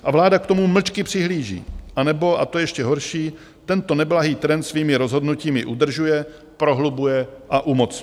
A vláda k tomu mlčky přihlíží, anebo, a to je ještě horší, tento neblahý trend svými rozhodnutími udržuje, prohlubuje a umocňuje.